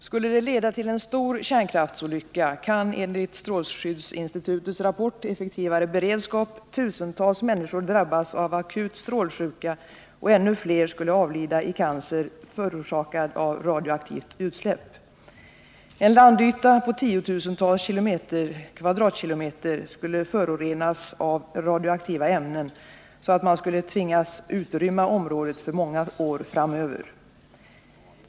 Skulle det leda till en stor kärnkraftsolycka kan, enligt strålskyddsinstitutets rapport Effektivare beredskap, tusentals människor drabbas av akut strålsjuka, och ännu fler skulle avlida i cancer förorsakad av radioaktivt utsläpp. En landyta på tiotusentals kvadratkilometer skulle förorenas av radioaktiva ämnen, så att man skulle tingas utrymma området för många år framöver.